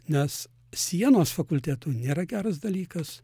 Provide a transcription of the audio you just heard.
nes sienos fakultetų nėra geras dalykas